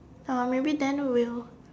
uh maybe then will